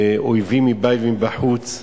אויבים מבית ומבחוץ,